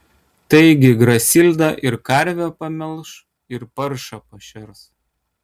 taigi grasilda ir karvę pamelš ir paršą pašers